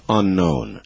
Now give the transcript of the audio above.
unknown